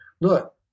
Look